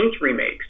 remakes